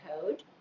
code